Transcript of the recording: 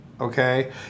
okay